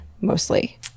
mostly